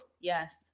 Yes